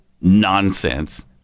nonsense